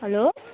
hello